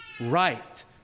right